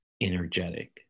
energetic